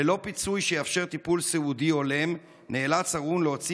ללא פיצוי שיאפשר טיפול סיעודי הולם נאלץ הארון להוציא